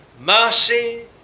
Mercy